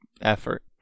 effort